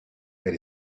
that